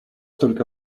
только